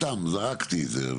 סתם זרקתי את זה.